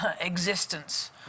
existence